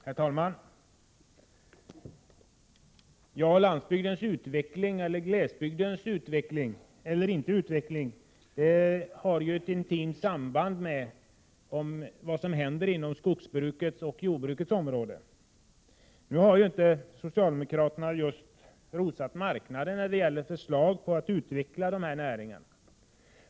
Herr talman! Frågan huruvida glesbygden skall utvecklas eller inte utvecklas har ju ett intimt samband med vad som händer inom skogsbrukets och jordbrukets område. Socialdemokraterna har inte direkt rosat marknaden när det gäller förslag om att utveckla näringarna inom dessa områden.